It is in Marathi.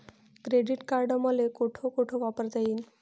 क्रेडिट कार्ड मले कोठ कोठ वापरता येईन?